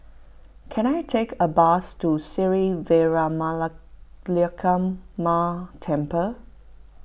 can I take a bus to Sri Veeramakaliamman Temple